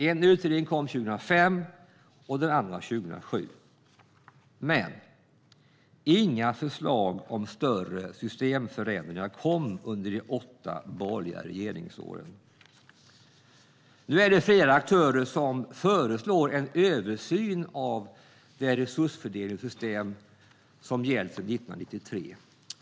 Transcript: Den första utredningen kom 2005 och den andra 2007, men inga förslag om större systemförändringar kom under de åtta borgerliga regeringsåren. Nu är det flera aktörer som föreslår en översyn av det resursfördelningssystem som har gällt sedan 1993.